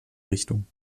richtung